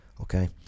okay